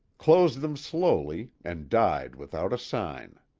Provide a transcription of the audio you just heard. closed them slowly and died without a sign.